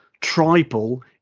tribal